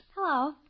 Hello